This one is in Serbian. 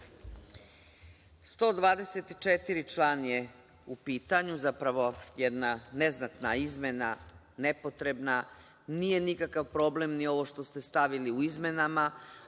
124. je u pitanju, zapravo jedna neznatna izmena nepotrebna. Nije nikakav problem ni ovo što ste stavili u izmenama,